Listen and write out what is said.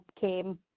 came